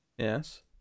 yes